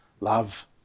Love